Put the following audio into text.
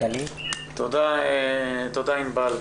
תודה ענבל.